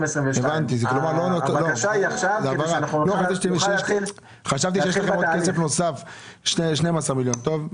מודיעין עילית נמצאת בפנים?